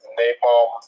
napalm